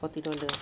forty dollar